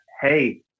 hey